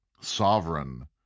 sovereign